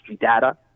data